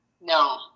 No